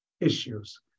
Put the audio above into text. issues